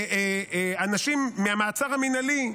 אנשים מהמעצר המינהלי,